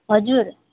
हजुर